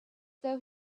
though